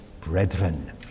brethren